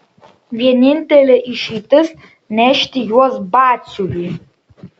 vienintelė išeitis nešti juos batsiuviui